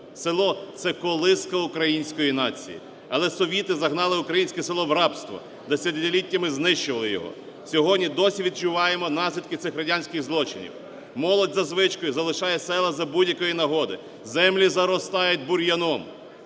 Село – це колиска української нації. Але совіти загнали українське село в рабство, десятиліттями знищували його, сьогодні і досі відчуваємо наслідки цих радянських злочинів. Молодь за звичкою залишає села за будь-якої нагоди, землі заростають бур'яном.